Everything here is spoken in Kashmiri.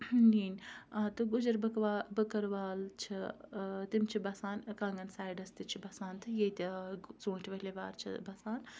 نِنۍ تہٕ گُجَر بٔکٕروال بٔکٕروال چھِ تِم چھِ بَسان کَنٛگَن سایڈَس تہِ چھِ بَسان تہٕ ییٚتہِ ژوٗنٛٹھۍ ؤلی بار چھِ بَسان